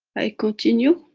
i continue,